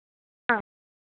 ആ